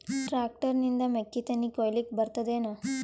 Tractor ನಿಂದ ಮೆಕ್ಕಿತೆನಿ ಕೊಯ್ಯಲಿಕ್ ಬರತದೆನ?